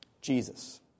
Jesus